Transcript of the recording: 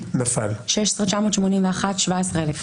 הצבעה לא אושרו.